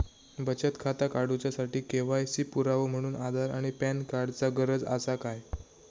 बचत खाता काडुच्या साठी के.वाय.सी पुरावो म्हणून आधार आणि पॅन कार्ड चा गरज आसा काय?